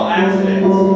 accidents